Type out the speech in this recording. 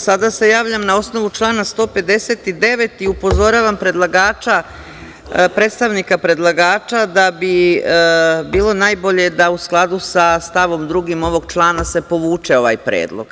Sada se javljam na osnovu člana 159. i upozoravam predlagača, predstavnika predlagača da bi bilo najbolje da u skladu sa stavom 2. ovog člana se povuče ovaj predlog,